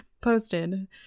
posted